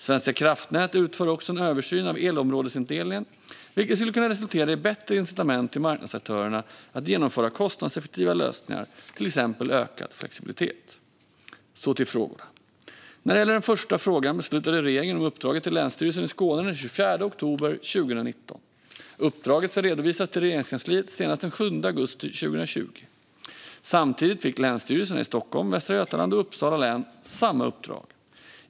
Svenska kraftnät utför också en översyn av elområdesindelningen, vilket skulle kunna resultera i bättre incitament till marknadsaktörerna att genomföra kostnadseffektiva lösningar, till exempel genom ökad flexibilitet. Så till frågorna! När det gäller den första frågan beslutade regeringen om uppdraget till Länsstyrelsen i Skåne den 24 oktober 2019. Uppdraget ska redovisas till Regeringskansliet senast den 7 augusti 2020. Samtidigt fick länsstyrelserna i Stockholms, Västra Götalands och Uppsala län samma uppdrag.